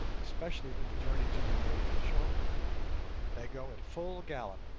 especially when the journey to be made is a short one they go at full gallop.